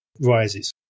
rises